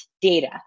data